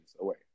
away